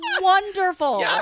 wonderful